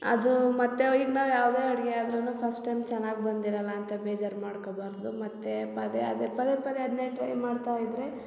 ಅದು ಮತ್ತು ಈಗ ನಾವು ಯಾವುದೇ ಅಡುಗೆ ಆದ್ರೂ ಫಸ್ಟ್ ಟೈಮ್ ಚೆನ್ನಾಗಿ ಬಂದಿರಲ್ಲ ಅಂತ ಬೇಜಾರು ಮಾಡ್ಕೋಬಾರ್ದು ಮತ್ತು ಪದೇ ಅದೇ ಪದೇ ಪದೇ ಅದನ್ನೇ ಟ್ರೈ ಮಾಡ್ತಾ ಇದ್ದರೆ